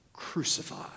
crucified